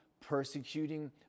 persecuting